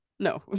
No